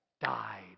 died